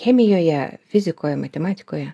chemijoje fizikoje matematikoje